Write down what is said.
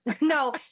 No